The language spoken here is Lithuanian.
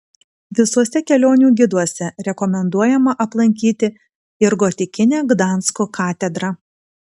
visuose kelionių giduose rekomenduojama aplankyti ir gotikinę gdansko katedrą